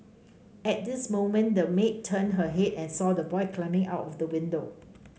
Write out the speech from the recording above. at this moment the maid turned her head and saw the boy climbing out of the window